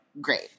Great